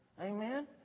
Amen